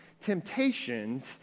temptations